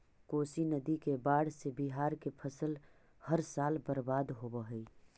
कोशी नदी के बाढ़ से बिहार के फसल हर साल बर्बाद होवऽ हइ